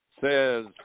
says